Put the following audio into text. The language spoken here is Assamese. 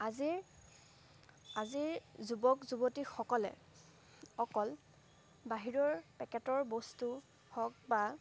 আজিৰ আজিৰ যুৱক যুৱতীসকলে অকল বাহিৰৰ পেকেটৰ বস্তু হওক বা